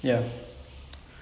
so like